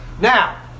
Now